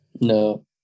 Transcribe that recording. No